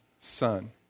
Son